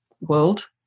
world